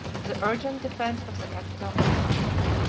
the urgent defence of the capital and empire.